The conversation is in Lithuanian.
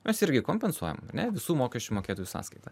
mes irgi kompensuojam ane visų mokesčių mokėtojų sąskaita